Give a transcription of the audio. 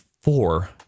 four